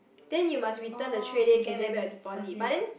then you must return the tray then you can take back your deposit but then